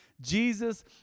Jesus